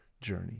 journey